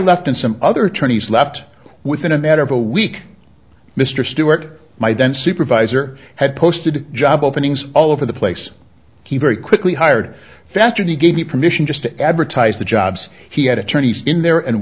left and some other trainees left within a matter of a week mr stewart my then supervisor had posted job openings all over the place he very quickly hired faster he gave me permission just to advertise the jobs he had attorneys in there and